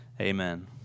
Amen